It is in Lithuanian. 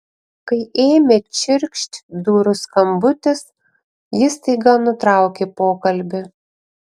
kai ėmė čirkšt durų skambutis ji staiga nutraukė pokalbį